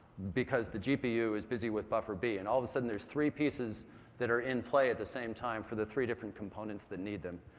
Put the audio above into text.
because the gpu is busy with buffer b. and all of a sudden there's three pieces that are in play at the same time for the three different components that need them,